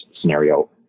scenario